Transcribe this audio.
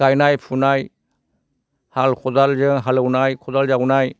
गायनाय फुनाय हाल खादालजों हालिउनाय खदाल जावनाय